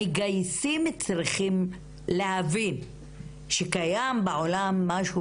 המגייסים צריכים להבין שקיים בעולם משהו